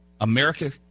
America